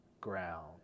ground